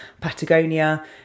Patagonia